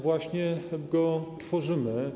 Właśnie go tworzymy.